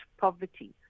poverty